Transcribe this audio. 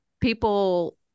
people